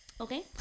Okay